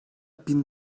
bin